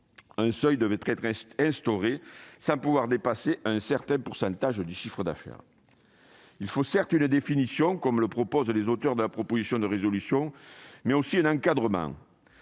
Aussi faudrait-il instaurer un seuil correspondant à un pourcentage du chiffre d'affaires. Il faut certes une définition, comme le proposent les auteurs de la proposition de résolution, mais aussi un encadrement.